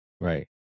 Right